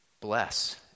Bless